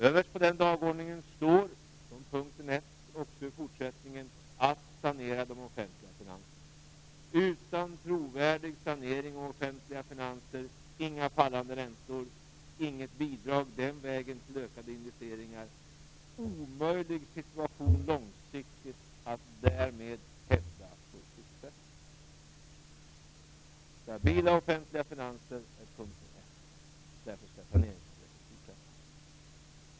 Överst på den dagordningen står som punkt 1 också i fortsättningen att sanera de offentliga finanserna. Utan trovärdig sanering av våra offentliga finanser inga fallande räntor, inget bidrag den vägen till ökade investeringar och en långsiktigt omöjlig situation när det gäller att därmed hävda full sysselsättning. Stabila offentliga finanser är punkt 1, och därför skall saneringsarbetet fortsätta.